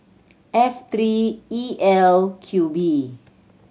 F three E L Q B